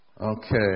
Okay